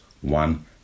one